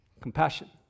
compassion